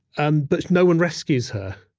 and but no one rescues her.